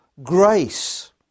grace